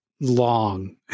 long